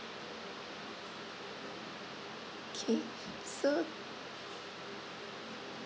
K so